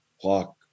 clock